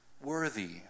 worthy